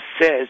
says